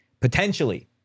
Potentially